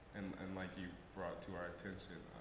and like you brought to our attention.